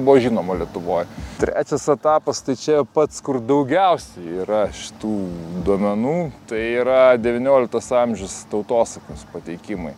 buvo žinoma lietuvoj trečias etapas tai čia pats kur daugiausiai yra šitų duomenų tai yra devynioliktas amžius tautosakos pateikimai